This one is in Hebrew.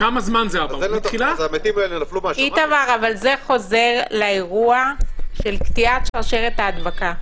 זה חוזר לאירוע של קטיעת שרשרת ההדבקה.